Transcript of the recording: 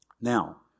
Now